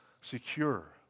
secure